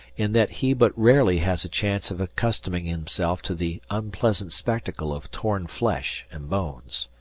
in that he but rarely has a chance of accustoming himself to the unpleasant spectacle of torn flesh and bones.